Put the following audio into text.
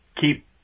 keep